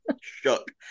shook